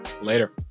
Later